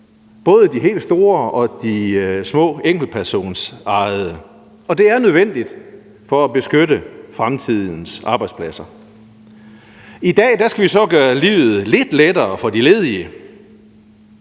både de helt store og de små enkeltmandsejede, og det er nødvendigt for at beskytte fremtidens arbejdspladser. I dag skal vi så gøre livet lidt lettere for de ledige.